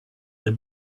they